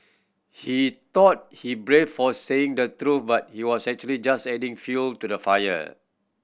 he thought he brave for saying the truth but he was actually just adding fuel to the fire